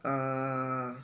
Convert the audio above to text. uh